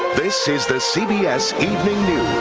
this is the cbs